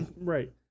Right